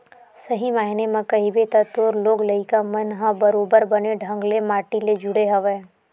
सही मायने म कहिबे त तोर लोग लइका मन ह बरोबर बने ढंग ले माटी ले जुड़े हवय